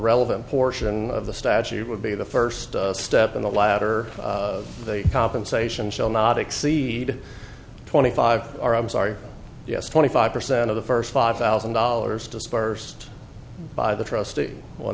relevant portion of the statute would be the first step in the latter the compensation shall not exceed twenty five are i'm sorry yes twenty five percent of the first five thousand dollars dispersed by the trustee on